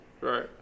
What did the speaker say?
Right